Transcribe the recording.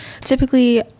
typically